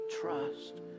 trust